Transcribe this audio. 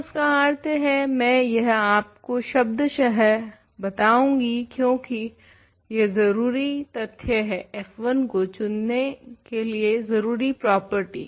तो इसका अर्थ है मैं यह आपको शब्दशः बताउंगी क्यूंकि यह जरुरी तथ्य है f1 को चुनने के लिए जरुरी प्रॉपर्टी